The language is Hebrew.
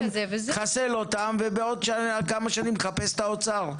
חסל אותם ובעוד כמה שנים תחפש את האוצר.